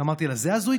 אמרתי לה: זה הזוי?